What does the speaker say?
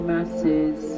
Masses